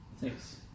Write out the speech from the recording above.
Thanks